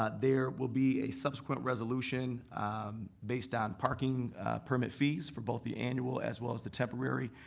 ah there will be a subsequent resolution based on parking permit fees for both the annual, as well as the temporary.